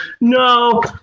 no